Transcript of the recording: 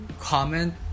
comment